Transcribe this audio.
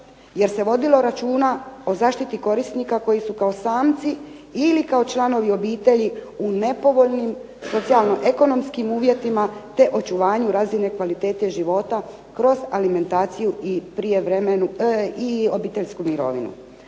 jer se vodilo računa o zaštiti korisnika koji su kao samci ili kao članovi obitelji u nepovoljnim socijalno-ekonomskim uvjetima te očuvanje razine kvalitete života kroz alimentaciju i obiteljsku mirovinu.